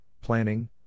planning